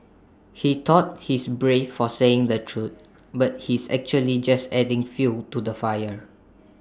he thought he's brave for saying the truth but he's actually just adding fuel to the fire